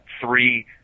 three